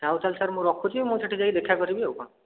ଥାଉ ତା'ହେଲେ ସାର୍ ମୁଁ ରଖୁଛି ମୁଁ ସେଠି ଯାଇକି ଦେଖା କରିବି ଆଉ କ'ଣ